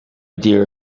dear